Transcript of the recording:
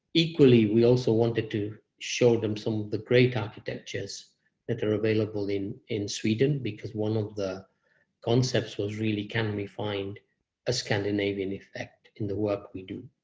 equally, we also wanted to show them some of the great architectures that are available in in sweden because one of the concepts was really, can we find a scandinavian effect in the work we do?